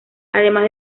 además